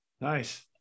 nice